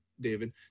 David